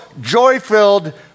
joy-filled